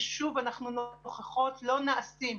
ששוב אנחנו נוכחות שהם לא נעשים.